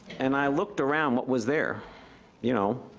and i looked around what was there you know?